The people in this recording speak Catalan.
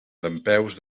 dempeus